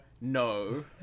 No